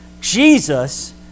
Jesus